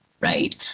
right